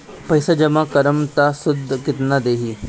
पैसा जमा करम त शुध कितना देही?